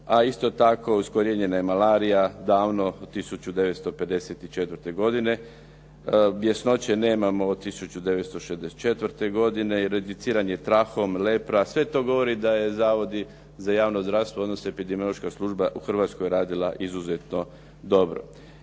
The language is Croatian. a isto tako iskorijenjena je malarija, davno 1954. godine. bjesnoće nemamo od 1964. godine, rediciranje trahom, lepra. Sve to govori da je Zavodi za javno zdravstvo, odnosno epidemiološka služba u Hrvatskoj radila izuzetno dobro.